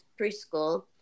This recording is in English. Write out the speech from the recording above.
preschool